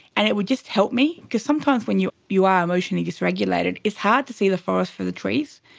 and it would just help me, because sometimes when you you are emotionally dysregulated it's hard to see the forest for the trees.